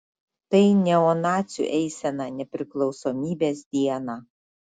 tai neonacių eisena nepriklausomybės dieną